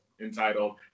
entitled